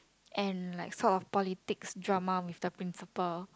and like sort of politic drama with the principal